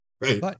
Right